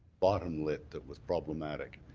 bottom-lit that was problematic.